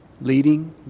leading